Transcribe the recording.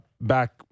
back